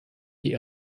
die